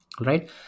right